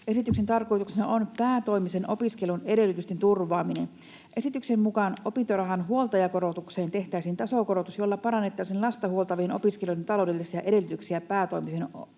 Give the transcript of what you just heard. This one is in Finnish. Esityksen tarkoituksena on päätoimisen opiskelun edellytysten turvaaminen. Esityksen mukaan opintorahan huoltajakorotukseen tehtäisiin tasokorotus, jolla parannettaisiin lasta huoltavien opiskelijoiden taloudellisia edellytyksiä päätoimiseen opiskeluun.”